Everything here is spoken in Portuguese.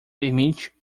permite